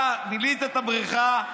אתה מילאת את הבריכה,